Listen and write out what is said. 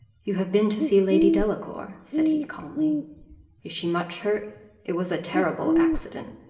you have been to see lady delacour, said he, calmly is she much hurt it was a terrible accident.